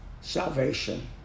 salvation